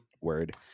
word